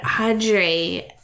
Audrey